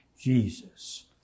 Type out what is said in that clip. Jesus